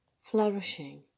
flourishing